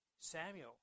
Samuel